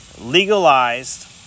legalized